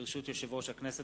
ברשות יושב-ראש הכנסת,